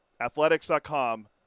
athletics.com